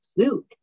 food